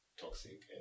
toxic